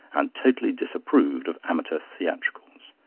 and totally disapproved of amateur theatricals.